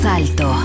alto